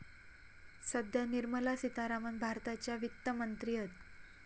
सध्या निर्मला सीतारामण भारताच्या वित्त मंत्री हत